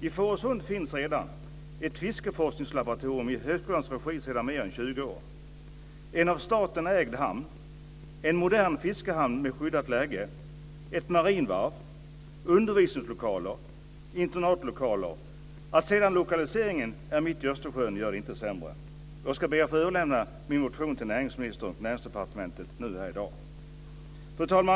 I Fårösund finns redan ett fiskeforskningslaboratorium i högskolans regi sedan mer än 20 år, en av staten ägd hamn, en modern fiskehamn med skyddat läge, ett marinvarv, undervisningslokaler och internatlokaler. Att sedan lokaliseringen är mitt i Östersjön gör det inte sämre. Jag ska be att få överlämna min motion till näringsministern och Näringsdepartementet här i dag. Fru talman!